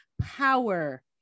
power